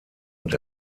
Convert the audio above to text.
und